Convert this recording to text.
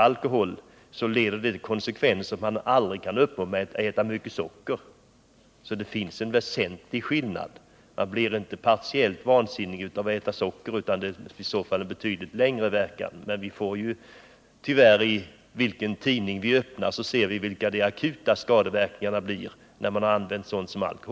Att äta mycket socker kan aldrig få samma konsekvenser som konsumtion av en viss kvantitet alkohol. Man blir inte partiellt vansinnig av att äta socker. Däremot kan vi i snart sagt vilken tidning som helst läsa om de akuta skadeverkningarna av alkoholkonsumtion.